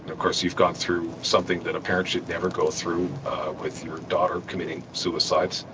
of course, you've gone through something that a parent should never go through with your daughter committing suicide.